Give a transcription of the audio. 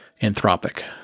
Anthropic